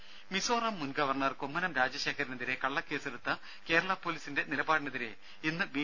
ദേദ മിസോറാം മുൻഗവർണർ കുമ്മനം രാജശേഖരനെതിരെ കള്ളക്കേസെടുത്ത കേരള പൊലീസിന്റെ നിലപാടിനെതിരെ ഇന്ന് ബി